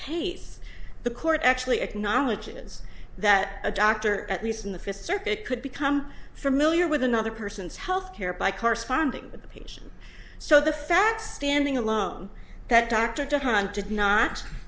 case the court actually acknowledges that a doctor at least in the fifth circuit could become familiar with another person's health care by corresponding with the patient so the fact standing alone that dr john did not